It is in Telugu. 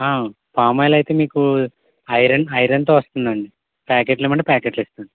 ఆ పామోయిల్ అయితే మీకు ఐరన్ ఐరన్తో వస్తుందండి ప్యాకెట్లు ఇమ్మంటే ప్యాకెట్లు ఇస్తాను